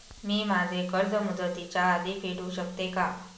मी माझे कर्ज मुदतीच्या आधी फेडू शकते का?